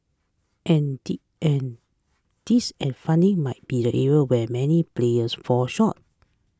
and D and this and funding might be the areas where many players fall short